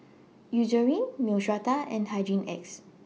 Eucerin Neostrata and Hygin X